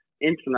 internet